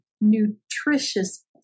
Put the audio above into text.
nutritious